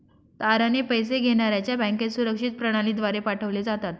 तारणे पैसे घेण्याऱ्याच्या बँकेत सुरक्षित प्रणालीद्वारे पाठवले जातात